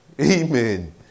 Amen